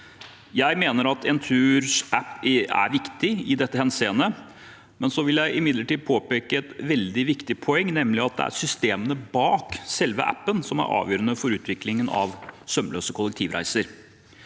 Jeg mener at Enturs app er viktig i dette henseende, men jeg vil imidlertid påpeke et veldig viktig poeng, nemlig at det er systemene «bak» selve appen som er avgjørende for utviklingen av sømløse kollektivreiser.